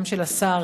גם של השר,